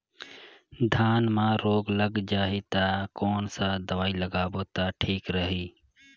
धान म रोग लग जाही ता कोन सा दवाई लगाबो ता ठीक रही?